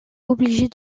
obligée